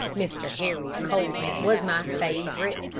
mr. harry's colt, was my favorite,